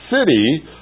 city